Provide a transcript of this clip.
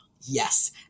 Yes